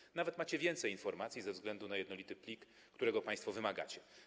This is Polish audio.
Macie nawet więcej informacji ze względu na jednolity plik, którego państwo wymagacie.